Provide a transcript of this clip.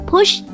Push